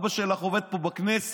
אבא שלך עובד פה בכנסת.